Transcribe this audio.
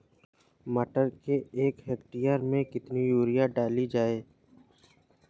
मटर के एक हेक्टेयर में कितनी यूरिया डाली जाए?